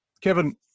Kevin